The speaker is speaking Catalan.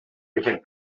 deixen